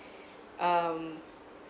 um